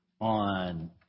on